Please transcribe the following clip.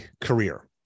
career